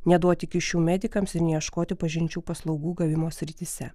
neduoti kyšių medikams ir neieškoti pažinčių paslaugų gavimo srityse